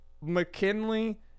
McKinley